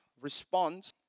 responds